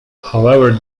however